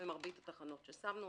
במרבית התחנות ששמנו.